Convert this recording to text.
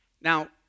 Now